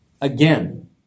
Again